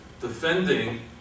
defending